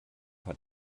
hat